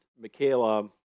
Michaela